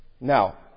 Now